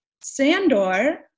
Sandor